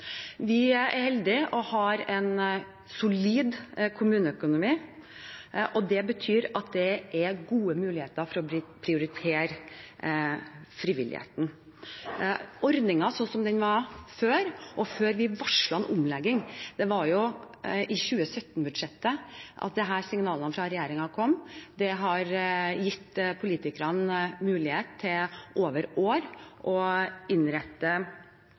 Vi er så heldige å ha en solid kommuneøkonomi, og det betyr at det er gode muligheter for å prioritere frivilligheten. Det var i 2017-budsjettet signalene om denne omleggingen kom fra regjeringen. Det har gitt politikerne mulighet til over år å innrette finansieringen av disse tilbudene og belage seg på hvordan det skal gjøres. Ordningen har